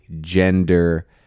gender